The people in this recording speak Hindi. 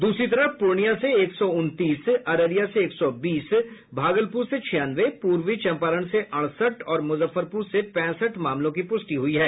दूसरी तरफ पूर्णिया से एक सौ उनतीस अररिया से एक सौ बीस भागलपुर से छियानवे पूर्वी चंपारण से अड़सठ और मुजफ्फरपुर से पैंसठ मामलों की पुष्टि हुई है